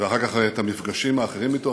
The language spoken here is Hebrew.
ואחר כך את המפגשים האחרים אתו.